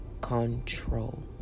control